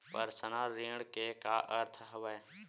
Personal ऋण के का अर्थ हवय?